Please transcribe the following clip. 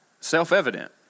Self-evident